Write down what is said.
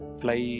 fly